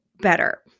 better